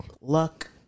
luck